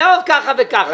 לא ככה וככה.